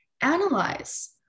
analyze